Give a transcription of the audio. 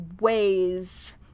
ways